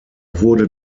wurde